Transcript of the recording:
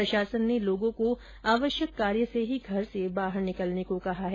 प्रशासन ने लोगों को आवश्यक कार्य से ही घर से बाहर निकलने को कहा है